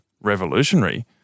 revolutionary